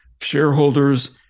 shareholders